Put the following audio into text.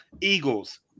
Eagles